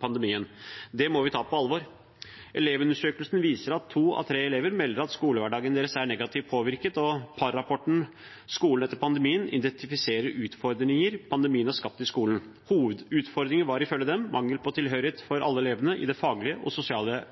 pandemien. Det må vi ta alvor. Elevundersøkelsen viser at to av tre elever melder at skolehverdagen deres er negativt påvirket, og Parr-rapporten «Skolen etter koronapandemien» identifiserer utfordringer pandemien har skapt i skolen. Hovedutfordringen var ifølge dem mangel på tilhørighet for alle elevene i det faglige og sosiale